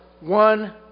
one